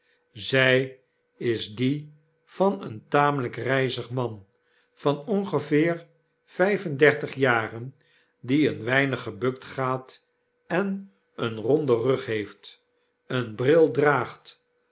zy is die van een tamelyk ryzig man van ongeveer vyf en dertig jaren die een weinig gebukt gaat en een rondenrug heeft een bril draagt